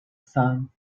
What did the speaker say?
sun